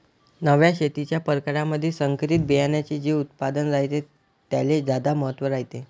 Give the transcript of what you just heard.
नव्या शेतीच्या परकारामंधी संकरित बियान्याचे जे उत्पादन रायते त्याले ज्यादा महत्त्व रायते